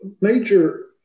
major